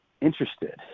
interested